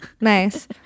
nice